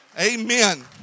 Amen